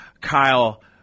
Kyle